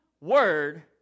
word